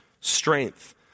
strength